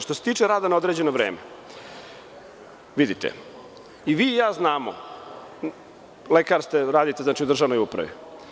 Što se tiče rada na određeno vreme, vidite, i vi i ja znamo, lekar ste, radite u državnoj upravi.